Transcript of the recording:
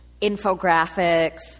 infographics